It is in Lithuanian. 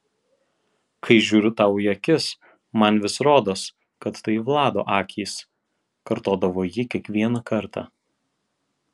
kai žiūriu tau į akis man vis rodos kad tai vlado akys kartodavo ji kiekvieną kartą